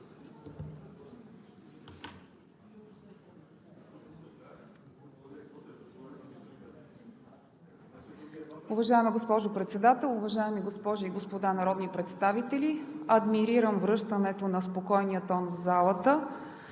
Уважаема госпожо Председател, уважаеми госпожи и господа народни представители! Адмирирам връщането на спокойния тон в залата